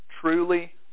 truly